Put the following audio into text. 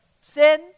Sin